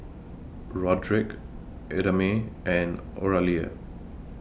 Roderic Idamae and Oralia